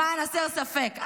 למען הסר ספק.